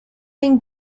been